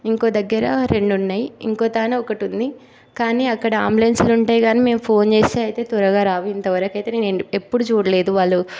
ఇంకో దగ్గర రెండు ఉన్నాయి ఇంకోతాన ఒకటి ఉంది కానీ అక్కడ అంబులెన్సులు ఉంటాయి కానీ మేము ఫోన్ చేస్తే అయితే త్వరగా రావు ఇంత వరకు అయితే నేను ఎప్పుడూ చూడలేదు వాళ్ళు